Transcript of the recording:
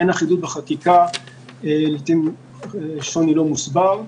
אין אחידות בחקיקה ולעיתים שוני לא מוסבר.